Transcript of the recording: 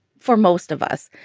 for most of us,